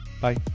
Bye